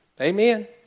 Amen